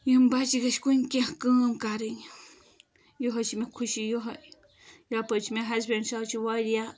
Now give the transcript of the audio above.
یِم بَچہِ گٔژھۍ کُنہِ کینہہ کٲم کَرٕنۍ یِہوے چھِ مےٚ خوشی یِہوے یپٲرۍ چھِ مےٚ ہیٚسبنڈ سُہ حظ چھُ واریاہ